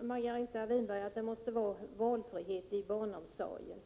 Margareta Winberg sade att det måste vara valfrihet i barnomsorgen